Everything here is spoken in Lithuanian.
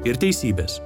ir teisybės